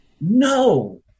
no